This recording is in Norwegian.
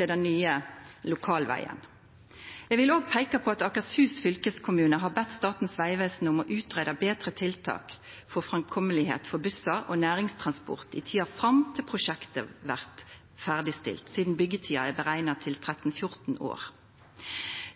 vil også peika på at Akershus fylkeskommune har bedt Statens vegvesen om å utgreia betre tiltak for framkomst for bussar og næringstransport i tida fram til prosjektet blir ferdigstilt, sidan byggjetida er berekna til 13–14 år.